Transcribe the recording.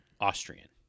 Austrian